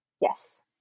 Yes